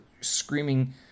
screaming